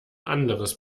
anderes